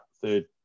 third